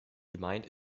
gemeint